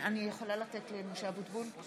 אלקין, מצביע דוד אמסלם,